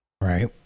right